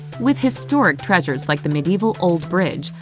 with historic treasures like the medieval old bridge,